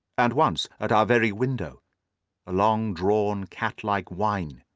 and once at our very window a long drawn catlike whine,